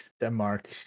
Denmark